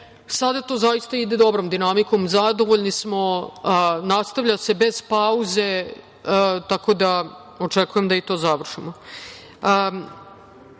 Sada to zaista ide dobrom dinamikom. Zadovoljni smo. Nastavlja se bez pauze, tako da očekujemo da i to završimo. Hajde